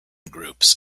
groups